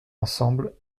ensemble